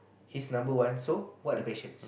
his number one so what are the questions